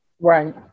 Right